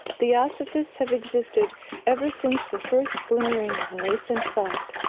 theosophists have existed ever since the first glimmering of nascent thought,